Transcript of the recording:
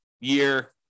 year